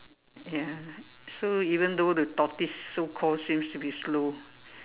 ya so even though the tortoise so called seems to be slow